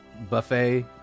buffet